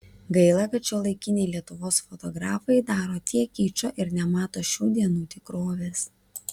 gaila kad šiuolaikiniai lietuvos fotografai daro tiek kičo ir nemato šių dienų tikrovės